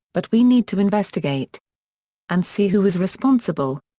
but we need to investigate and see who was responsible.